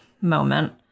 moment